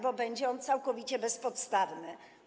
Będzie on całkowicie bezpodstawny.